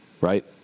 right